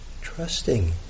trusting